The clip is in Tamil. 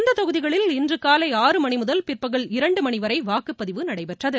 இந்தத் தொகுதிகளில் இன்று காலை ஆறு மணிமுதல் பிற்பகல் இரண்டு மணி வரை வாக்குப்பதிவு நடைபெற்றது